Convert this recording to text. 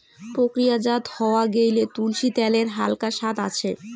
প্রক্রিয়াজাত হয়া গেইলে, তুলসী ত্যালের হালকা সাদ আছে